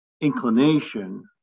inclination